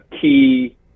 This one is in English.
key